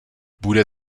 bude